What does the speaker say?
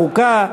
חוקה,